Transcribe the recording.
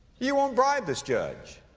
you won't bribe this judge.